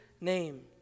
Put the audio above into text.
name